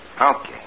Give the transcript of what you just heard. Okay